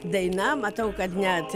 daina matau kad net